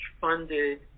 funded